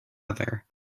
other